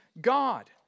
God